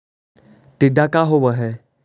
टीडा का होव हैं?